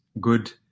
good